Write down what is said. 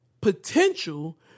potential